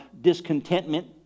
discontentment